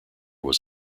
was